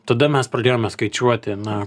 tada mes pradėjome skaičiuoti na